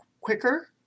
quicker